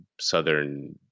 southern